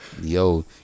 Yo